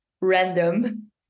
random